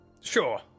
Sure